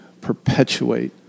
perpetuate